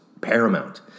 paramount